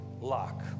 lock